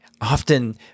Often